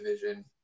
division